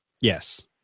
Yes